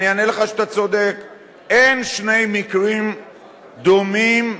אין שני מקרים דומים,